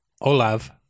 Olav